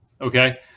okay